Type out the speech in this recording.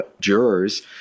jurors